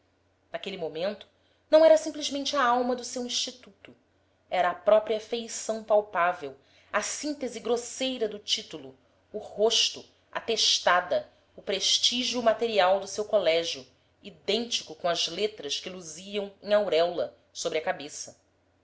naquele momento não era simplesmente a alma do seu instituto era a própria feição palpável a síntese grosseira do título o rosto a testada o prestígio material de seu colégio idêntico com as letras que luziam em auréola sobre a cabeça